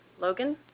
Logan